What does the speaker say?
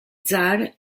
zar